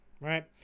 right